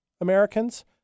Americans